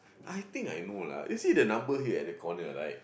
I think I know lah is it the number here at the corner right